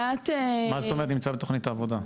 מה זאת אומרת "נמצא בתוכנית העבודה"?